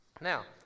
Now